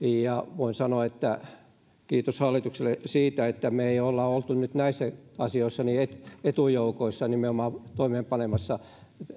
voin sanoa että kiitos hallitukselle siitä että me emme ole olleet nyt nimenomaan näissä asioissa etujoukoissa toimeenpanemassa